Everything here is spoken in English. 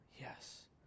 Yes